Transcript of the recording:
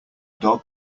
dog